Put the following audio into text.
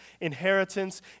inheritance